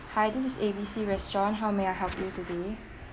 hi this is A B C restaurant how may I help you today